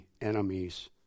enemies